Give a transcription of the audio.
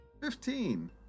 Fifteen